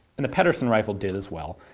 and the pedersen rifle did as well.